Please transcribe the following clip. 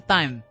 Time